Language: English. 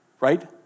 right